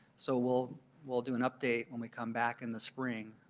so we'll we'll do an update when we come back in the spring.